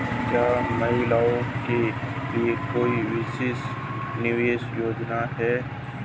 क्या महिलाओं के लिए कोई विशेष निवेश योजना है?